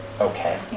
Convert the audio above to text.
okay